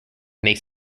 makes